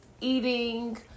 eating